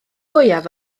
fwyaf